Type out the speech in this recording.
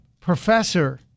professor